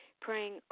praying